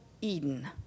Eden